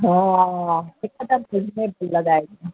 हा हिकु त बिल में बि लॻाएजो